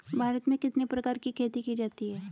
भारत में कितने प्रकार की खेती की जाती हैं?